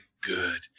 Good